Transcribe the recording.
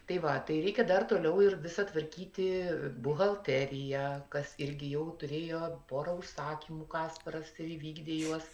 tai va tai reikia dar toliau ir visa tvarkyti buhalteriją kas irgi jau turėjo porą užsakymų kasparas įvykdė juos